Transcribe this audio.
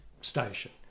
station